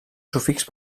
sufix